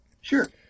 Sure